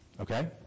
Okay